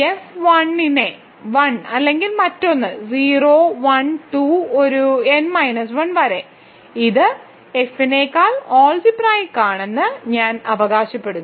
F 1 നെ 1 അല്ലെങ്കിൽ മറ്റൊന്ന് 0 1 2 ഒരു n മൈനസ് 1 വരെ ഇത് എഫിനേക്കാൾ അൾജിബ്രായിക്ക് ആണെന്ന് ഞാൻ അവകാശപ്പെടുന്നു